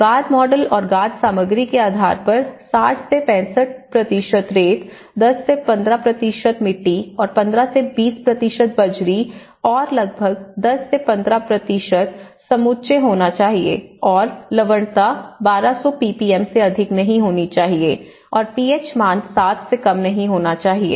गाद मॉडल और गाद सामग्री के आधार पर 60 से 65 रेत 10 से 15 मिट्टी 15 से 20 बजरी और लगभग 10 से 15 समुच्चय होना चाहिए और लवणता 1200 पीपीएम से अधिक नहीं होनी चाहिए और पीएच मान 7 से कम नहीं होना चाहिए